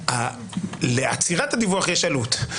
לעצירת הדיווח יש עלות.